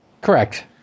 Correct